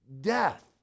death